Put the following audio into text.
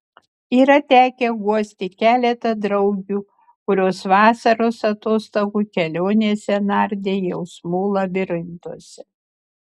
yra tekę guosti keletą draugių kurios vasaros atostogų kelionėse nardė jausmų labirintuose